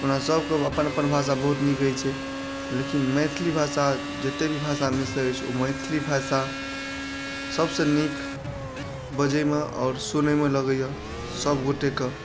ओना सबके अपन अपन भाषा बहुत नीक होइ छै लेकिन मैथिली भाषा जते भी भाषा मे सँ अछि ओ मैथिली भाषा सबसँ नीक बजै मे आओर सुनै मे लगैया सब गोटे कऽ